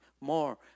more